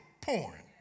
porn